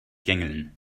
gängeln